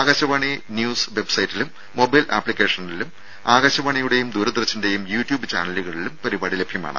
Akashvani news web സൈറ്റിലും mobile ആപ്സിക്കേഷനിലും ആകാശവാണിയുടേയും ദൂരദർശന്റേയും യൂട്യൂബ് ചാനലുകളിലും പരിപാടി ലഭ്യമാണ്